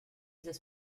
this